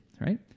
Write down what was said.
right